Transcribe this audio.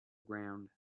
ground